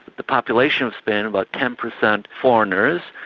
the population of spain, about ten percent foreigners,